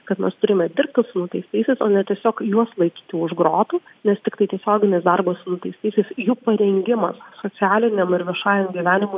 kad mes turime dirbti su nuteistaisiais o ne tiesiog juos laikyti už grotų nes tiktai tiesioginis darbas su nuteistaisiais jų parengimas socialiniam ir viešajam gyvenimui